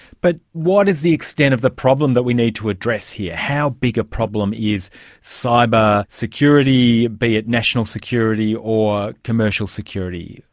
but what is the extent of the problem that we need to address here? how big a problem is cyber security, be it national security or commercial security?